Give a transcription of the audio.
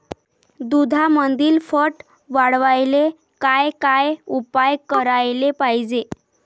दुधामंदील फॅट वाढवायले काय काय उपाय करायले पाहिजे?